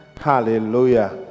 Hallelujah